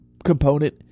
component